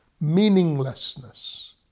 meaninglessness